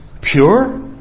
pure